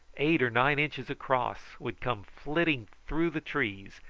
eight or nine inches across, would come flitting through the trees,